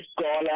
call